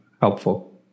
helpful